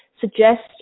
suggest